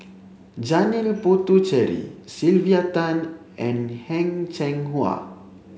Janil Puthucheary Sylvia Tan and Heng Cheng Hwa